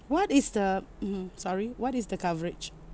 what is the mmhmm sorry what is the coverage